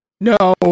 no